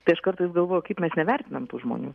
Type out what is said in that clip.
tai aš kartais galvoju kaip mes nevertinam tų žmonių